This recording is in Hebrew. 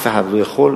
אף אחד לא יכול,